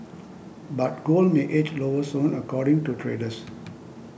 but gold may edge lower soon according to traders